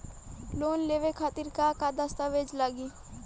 Loan लेवे खातिर का का दस्तावेज लागी?